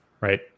right